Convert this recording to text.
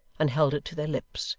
and held it to their lips,